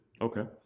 Okay